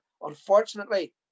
Unfortunately